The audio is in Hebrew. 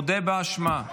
מודה באשמה.